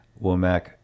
womack